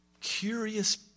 curious